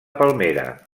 palmera